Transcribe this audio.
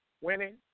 winning